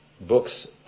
books